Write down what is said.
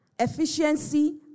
efficiency